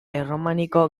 erromaniko